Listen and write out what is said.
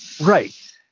right